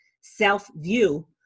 self-view